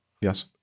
Yes